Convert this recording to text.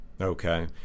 Okay